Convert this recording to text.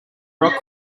rock